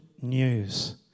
news